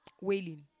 wailing